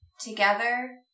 together